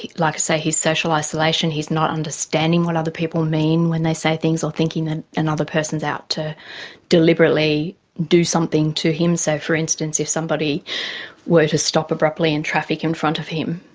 like say, his social isolation, he is not understanding what other people mean when they say things, or thinking that another person is out to deliberately do something to him. so, for instance, if somebody were to stop abruptly in traffic in front of him,